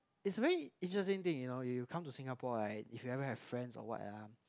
is a very interesting thing you know you come to Singapore right if you ever have friends or what ah